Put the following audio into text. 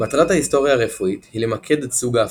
מטרת ההיסטוריה הרפואית היא למקד את סוג ההפרעה.